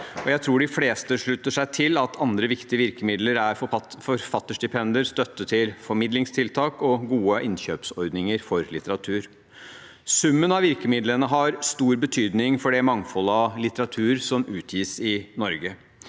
Jeg tror de fleste slutter seg til at andre viktige virkemidler er forfatterstipender, støtte til formidlingstiltak og gode innkjøpsordninger for litteratur. Summen av virkemidlene har stor betydning for det mangfoldet av litteratur som utgis i Norge.